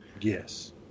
Yes